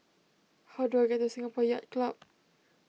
how do I get to Singapore Yacht Club